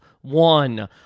one